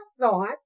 thought